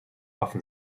offen